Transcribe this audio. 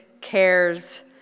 cares